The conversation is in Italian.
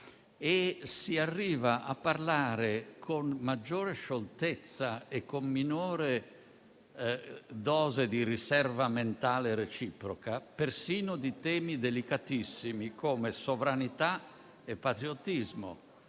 si arriva a parlare con maggiore scioltezza e con minore dose di riserva mentale reciproca persino di temi delicatissimi come sovranità e patriottismo.